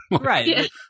Right